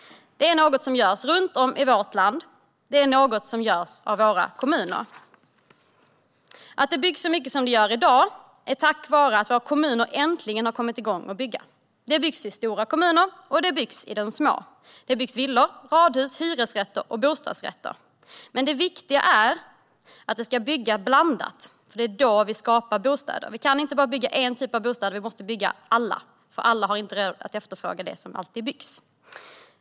Det är något som görs runt om i vårt land. Det är något som görs av våra kommuner. Att det byggs så mycket som det gör i dag är tack vare att våra kommuner äntligen har kommit igång med att bygga. Det byggs i stora kommuner, och det byggs i de små. Det byggs villor, radhus, hyresrätter och bostadsrätter. Men det viktiga är att det ska byggas blandat, för det är då vi skapar bostäder. Vi kan inte bara bygga en typ av bostäder. Vi måste bygga alla. Alla har inte råd att efterfråga det som byggs.